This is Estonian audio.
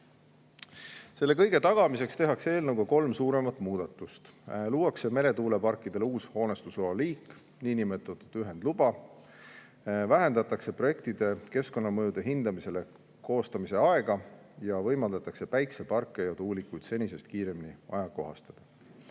Selle kõige tagamiseks tehakse eelnõuga kolm suuremat muudatust: luuakse meretuuleparkidele uus hoonestusloa liik, niinimetatud ühendluba, vähendatakse projektide keskkonnamõju hindamise [aruannete] koostamiseks kuluvat aega ning võimaldatakse päikeseparke ja tuulikuid senisest kiiremini ajakohastada.